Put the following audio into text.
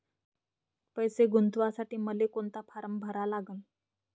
पैसे गुंतवासाठी मले कोंता फारम भरा लागन?